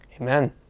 Amen